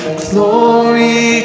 glory